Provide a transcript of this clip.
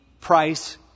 price